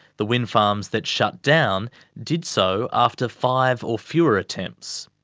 the wind farms that shut down did so after five or fewer attempts.